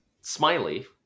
Smiley